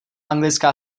anglická